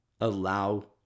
Allow